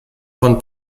von